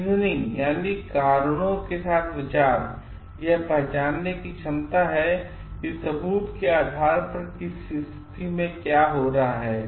reasoning यहपहचाननेकी क्षमता हैकि सबूत के आधार पर किसी स्थिति में क्या हो रहा है